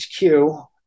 HQ